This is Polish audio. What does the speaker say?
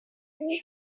nie